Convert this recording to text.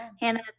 Hannah